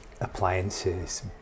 appliances